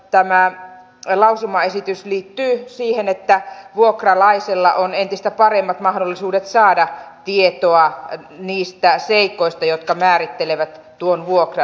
toinen lausumaehdotus liittyy siihen että vuokralaisella on entistä paremmat mahdollisuudet saada tietoa niistä seikoista jotka määrittelevät tuon vuokran